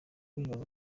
wibaza